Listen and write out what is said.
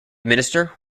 minister